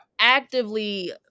actively